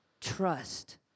trust